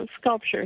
sculpture